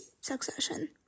Succession